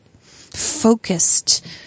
focused